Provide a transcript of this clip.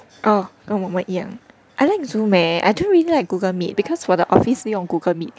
oh 跟我们一样 I like Zoom eh I don't really like Google Meet because 我的 office 是用 Google Meet